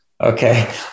okay